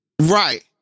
Right